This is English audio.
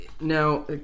Now